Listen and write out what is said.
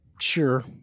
Sure